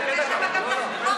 יש שם גם תחבורה חינם,